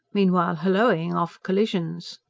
meanwhile holloaing off collisions.